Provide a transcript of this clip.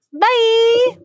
Bye